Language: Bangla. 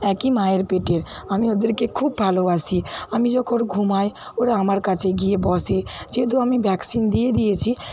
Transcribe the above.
একই মায়ের পেটের আমি ওদেরকে খুব ভালোবাসি আমি যখন ঘুমাই ওরা আমার কাছে গিয়ে বসে যেহেতু আমি ভ্যাকসিন দিয়ে দিয়েছি